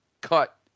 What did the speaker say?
cut